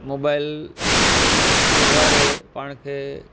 mobile जे द्वारे पाण खे